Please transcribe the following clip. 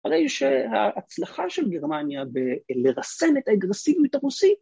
‫הרי שההצלחה של גרמניה ‫בלרסן את האגרסיביות הרוסית...